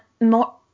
more